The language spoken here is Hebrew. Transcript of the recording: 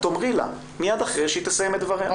את תאמרי לה מיד אחרי שהיא תסיים את דבריה.